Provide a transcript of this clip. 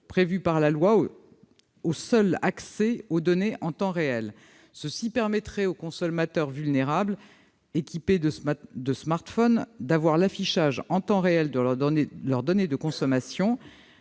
prévue par la loi au seul accès aux données en temps réel. Cela permettrait aux consommateurs vulnérables équipés de smartphones d'avoir l'affichage en temps réel de leurs données de consommation.